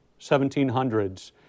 1700s